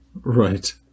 Right